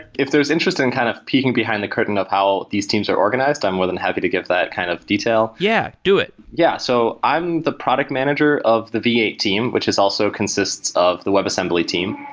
if there's interest in kind of peeking behind the curtain of how these teams are organized, i'm more than happy to give that kind of detail. yeah, do it. yeah. so i'm the product manager of the v eight, which is also consists of the webassembly team,